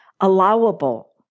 allowable